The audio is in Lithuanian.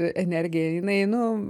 energija jinai nu